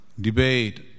debate